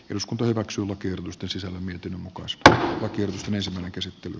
eduskunta omaksuma kylmästä sisälle miten mukaan spd on yhdistymisen käsittely